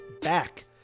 back